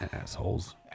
Assholes